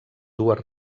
dues